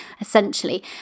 essentially